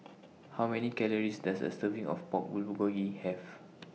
How Many Calories Does A Serving of Pork Bulgogi Have